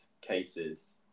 cases